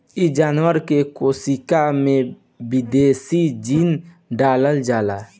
इ जानवर के कोशिका में विदेशी जीन डालल जाला